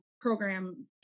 program